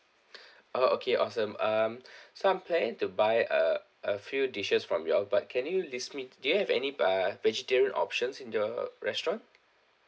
oh okay awesome um so I'm planning to buy a a few dishes from you all but can you list me do you have any uh vegetarian options in the restaurant